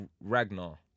Ragnar